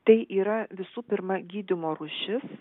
tai yra visų pirma gydymo rūšis